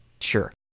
Sure